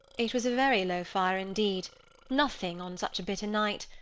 it was a very low fire indeed nothing on such a bitter night.